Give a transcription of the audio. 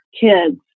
kids